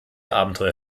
abenteuer